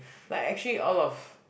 like actually all of